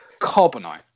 Carbonite